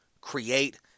create